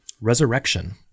resurrection